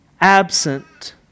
absent